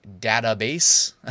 database